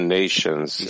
nations